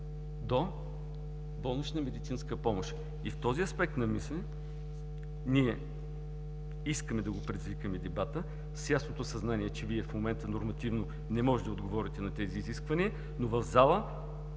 до болнична медицинска помощ. В този аспект на мисли искаме да предизвикаме дебата с ясното съзнание, че в момента Вие нормативно не можете да отговорите на тези изисквания, но в крайна